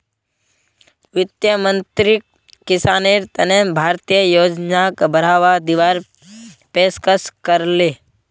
वित्त मंत्रीक किसानेर तने भारतीय योजनाक बढ़ावा दीवार पेशकस करले